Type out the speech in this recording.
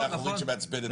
שנייה.